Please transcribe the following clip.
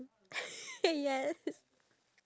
oh my god